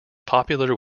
popular